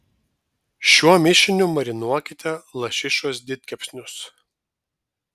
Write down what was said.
šiuo mišiniu marinuokite lašišos didkepsnius